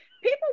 People